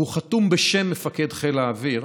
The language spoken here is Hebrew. והוא חתום בשם מפקד חיל האוויר,